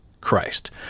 Christ